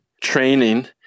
training